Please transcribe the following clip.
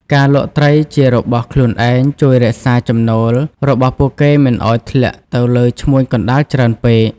ការលក់ត្រីជារបស់ខ្លួនឯង ជួយរក្សា ចំណូល របស់ពួកគេមិនឱ្យធ្លាក់ទៅលើឈ្មួញកណ្តាលច្រើនពេក។